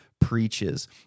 preaches